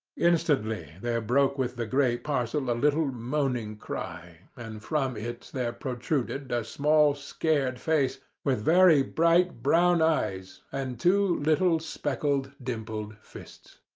instantly there broke from the grey parcel a little moaning cry, and from it there protruded a small, scared face, with very bright brown eyes, and two little speckled, dimpled fists.